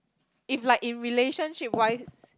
if like in relationship wise